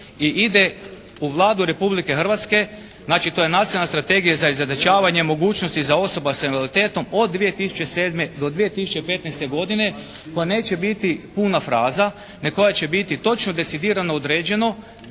i ide u Vladu Republike Hrvatske. Znači, to je Nacionalna strategija za izjednačavanje mogućnosti za osoba sa invaliditetom od 2007. do 2015. godine koja neće biti puna fraza, nego koja će biti točno, decidirano određeno